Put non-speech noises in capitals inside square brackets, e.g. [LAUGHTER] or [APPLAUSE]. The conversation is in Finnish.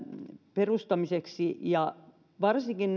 perustamista ja varsinkin [UNINTELLIGIBLE]